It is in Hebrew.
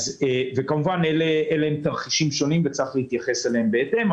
אלה כמובן תרחישים שונים וצריך להתייחס אליהם בהתאם.